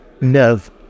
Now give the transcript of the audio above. nerve